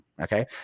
Okay